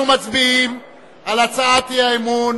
אנחנו מצביעים על הצעת האי-אמון